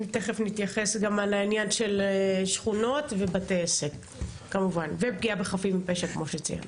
תכף נתייחס גם לענין של שכונות ובתי עסק ופגיעה בחפים מפשע כמו שציינת.